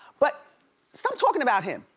but stop talking about him.